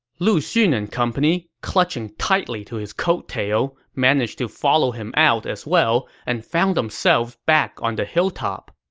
lu xun and company, clutching tightly to his coat tail, managed to follow him out as well and found themselves back on the hill top